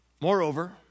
Moreover